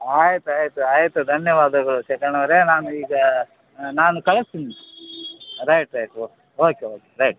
ಆಯ್ತು ಆಯ್ತು ಆಯಿತು ಧನ್ಯವಾದಗಳು ಶೆಕಣವರೆ ನಾನು ಈಗ ನಾನು ಕಳಿಸ್ತೀನಿ right right okay okay okay right